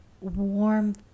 warm